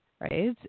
right